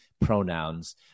pronouns